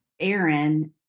Aaron